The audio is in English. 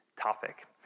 topic